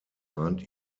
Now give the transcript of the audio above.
mahnt